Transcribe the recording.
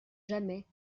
jamais